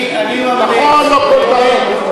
אני ממליץ,